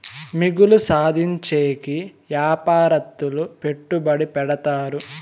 మిగులు సాధించేకి యాపారత్తులు పెట్టుబడి పెడతారు